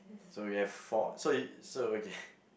so we have four so y~ so okay